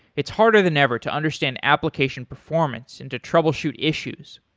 it's harder than ever to understand application performance and to troubleshoot issues.